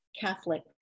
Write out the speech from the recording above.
Catholic